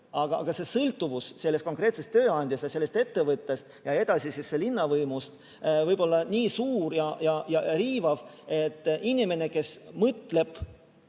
aga sõltuvus sellest konkreetsest tööandjast ja sellest ettevõttest ja edasi linnavõimust võib olla nii suur ja riivav, et inimene, kes mõtleb